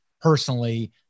personally